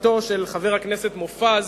בסוכתו של חבר הכנסת מופז,